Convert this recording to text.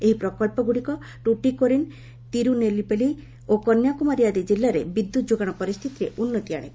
ଏହି ପ୍ରକଳ୍ପଗୁଡ଼ିକ ଟୁଟିକୋରିନ୍ ତିରୁନେଲବେଲି ଓ କନ୍ୟାକୁମାରୀ ଆଦି ଜିଲ୍ଲାରେ ବିଦ୍ୟୁତ୍ ଯୋଗାଣ ପରିସ୍ଥିତିରେ ଉନ୍ନତି ଆଣିବ